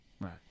Right